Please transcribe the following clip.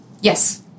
Yes